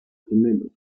gemelo